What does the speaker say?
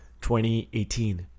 2018